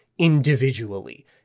individually